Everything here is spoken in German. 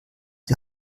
die